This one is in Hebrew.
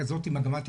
שמגמה כזאת תרד.